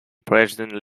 president